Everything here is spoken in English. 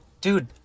Dude